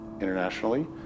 internationally